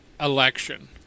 election